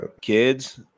kids